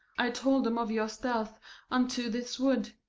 i told him of your stealth unto this wood.